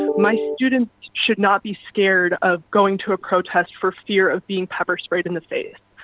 my students should not be scared of going to a protest for fear of being pepper sprayed in the face.